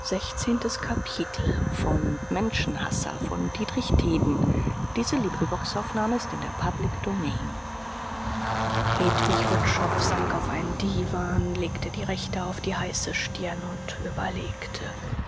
sank auf einen diwan legte die rechte auf die heiße stirn und überlegte